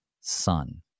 son